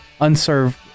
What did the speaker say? unserved